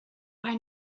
bei